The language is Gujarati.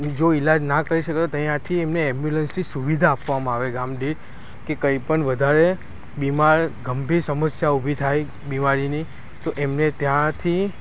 જો ઈલાજ ના કરી શકે તો ત્યાંથી એમને એમ્બ્યુલન્સથી સુવિધા આપવામાં આવે ગામદીઠ કે કંઈ પણ વધારે બીમાર ગંભીર સમસ્યા ઊભી થાય બીમારીની તો એમને ત્યાંથી